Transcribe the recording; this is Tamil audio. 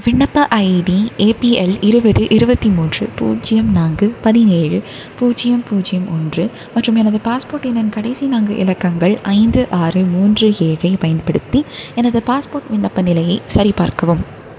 விண்ணப்ப ஐடி ஏபிஎல் இருபது இருபத்தி மூன்று பூஜ்ஜியம் நான்கு பதினேழு பூஜ்ஜியம் பூஜ்ஜியம் ஒன்று மற்றும் எனது பாஸ்போர்ட் எண்ணின் கடைசி நான்கு இலக்கங்கள் ஐந்து ஆறு மூன்று ஏழைப் பயன்படுத்தி எனது பாஸ்போர்ட் விண்ணப்ப நிலையை சரிபார்க்கவும்